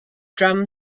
drum